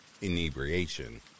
inebriation